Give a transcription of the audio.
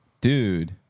Dude